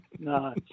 No